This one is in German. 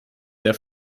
der